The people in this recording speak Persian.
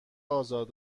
آزاد